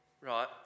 right